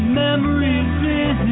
memories